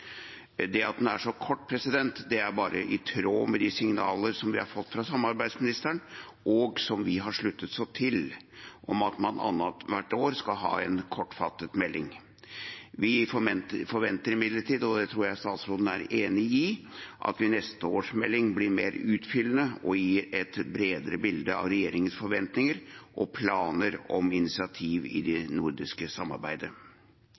Det at den er så kort, er i tråd med de signaler som vi har fått fra samarbeidsministeren, og som vi har sluttet oss til, om at man annethvert år skal ha en kortfattet melding. Vi forventer imidlertid – og det tror jeg statsråden er enig i – at neste års melding blir mer utfyllende og gir et bredere bilde av regjeringens forventninger og planer om initiativ i det nordiske samarbeidet.